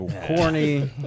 corny